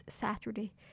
Saturday